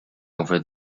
over